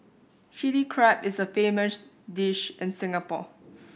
Chilli Crab is a famous dish in Singapore